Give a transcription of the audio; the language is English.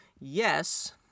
yes